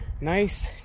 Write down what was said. nice